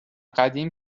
قدیم